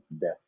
death